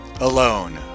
alone